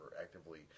actively